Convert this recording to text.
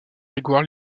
grégoire